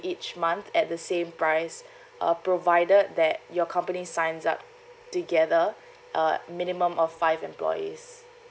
each month at the same price uh provided that your company signs up together uh minimum of five employees